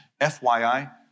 FYI